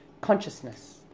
consciousness